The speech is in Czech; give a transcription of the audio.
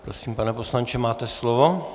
Prosím, pane poslanče, máte slovo.